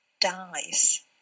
dies